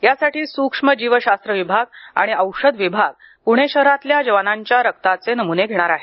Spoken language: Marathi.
यासाठी स्रक्ष्म जीवशास्त्र विभाग आणि औषध विभाग पुणे शहरातल्या जवानांच्या रक्ताचे नमूने घेणार आहे